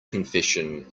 confession